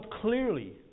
clearly